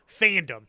fandom